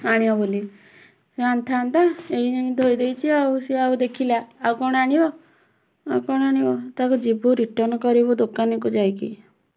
ଆଣିବ ବୋଲି ସିଏ ଆଣିଥାନ୍ତା ଏଇ ଯେମିତି ଧୋଇ ଦେଇଛି ଆଉ ସିଏ ଆଉ ଦେଖିଲା ଆଉ କ'ଣ ଆଣିବ ଆଉ କ'ଣ ଆଣିବ ତାକୁ ଯିବୁ ରିଟର୍ଣ୍ଣ କରିବୁ ଦୋକାନୀକୁ ଯାଇକି